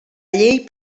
llei